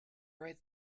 right